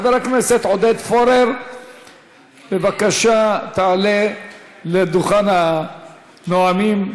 חבר הכנסת עודד פורר, בבקשה תעלה לדוכן הנואמים.